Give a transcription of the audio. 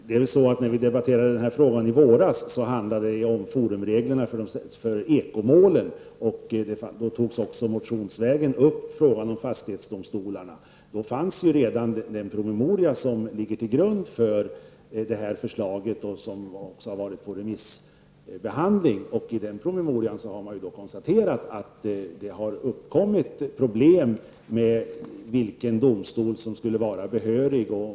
Herr talman! När vi debatterade den här frågan i våras handlade det om forumreglerna för ekomålen, och även motionsvägen togs då frågan om fastighetsdomstolarna upp. Redan då fanns den promemoria som ligger till grund för förslaget och som också har varit på remiss. I den promemorian har man konstaterat att det har uppkommit problem när det gäller vilken domstol som skulle vara behövlig.